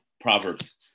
Proverbs